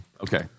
Okay